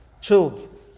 chilled